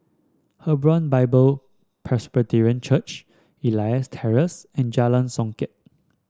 Hebron Bible Presbyterian Church Elias Terrace and Jalan Songket